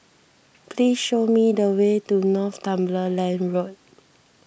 please show me the way to Northumberland Road